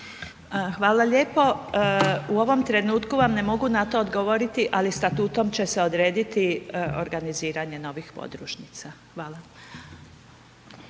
Hvala lijepo. U ovom trenutku vam ne mogu na to odgovoriti, ali statutom će se odrediti organiziranje novih podružnica. Hvala.